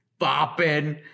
bopping